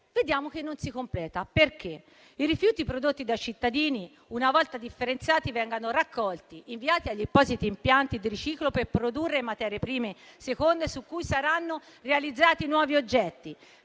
vediamo che non si completa. I rifiuti prodotti dai cittadini, una volta differenziati, vengono raccolti, inviati agli appositi impianti di riciclo per produrre materie prime seconde, su cui saranno realizzati nuovi oggetti,